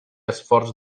esforç